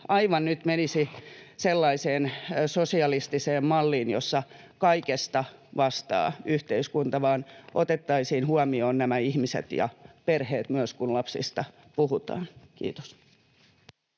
aivan nyt menisi sellaiseen sosialistiseen malliin, jossa kaikesta vastaa yhteiskunta, vaan että otettaisiin huomioon nämä ihmiset ja perheet myös, kun lapsista puhutaan. — Kiitos.